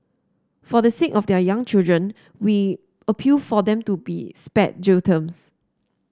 for the sake of their young children we appeal for them to be spared jail terms